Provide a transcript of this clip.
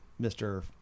Mr